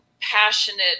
passionate